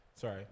Sorry